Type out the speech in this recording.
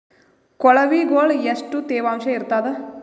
ಕೊಳವಿಗೊಳ ಎಷ್ಟು ತೇವಾಂಶ ಇರ್ತಾದ?